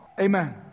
Amen